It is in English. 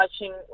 watching